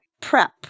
prep